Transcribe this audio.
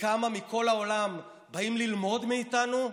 כמה מכל העולם באים ללמוד מאיתנו,